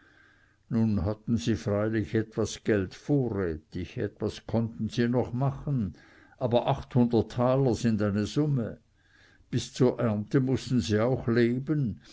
nun hatten sie freilich etwas geld vorrätig etwas konnten sie noch machen aber achthundert taler sind eine summe bis zur ernte mußten sie auch leben